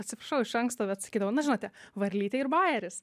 atsiprašau iš anksto bet sakydavau na žinote varlytė ir bajeris